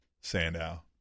Sandow